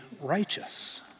righteous